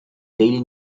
daily